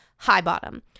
Highbottom